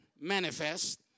manifest